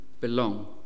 belong